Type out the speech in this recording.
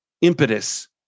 impetus